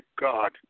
God